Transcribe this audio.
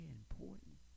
important